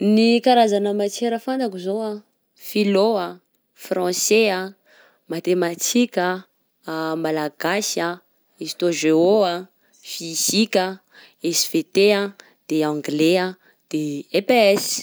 Ny karazana matiera fantako zao: philo a, français a, matematika a, malagasy a, histo-geo a, fisika a, svt a, anglais a, de EPS.